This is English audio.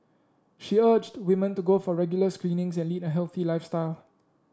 she urged women to go for regular screenings and lead a healthy lifestyle